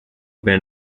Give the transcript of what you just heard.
been